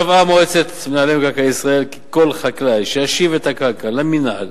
קבעה מועצת מינהל מקרקעי ישראל כי כל חקלאי שישיב את הקרקע למינהל